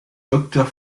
docteur